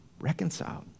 reconciled